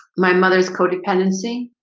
my mother's codependency